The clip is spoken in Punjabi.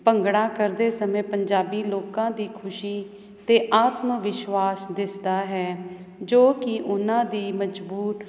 ਭੰਗੜਾ ਕਰਦੇ ਸਮੇਂ ਪੰਜਾਬੀ ਲੋਕਾਂ ਦੀ ਖੁਸ਼ੀ ਅਤੇ ਆਤਮ ਵਿਸ਼ਵਾਸ ਦਿਸਦਾ ਹੈ ਜੋ ਕਿ ਉਹਨਾਂ ਦੀ ਮਜ਼ਬੂਤ